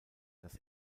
das